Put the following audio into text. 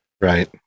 Right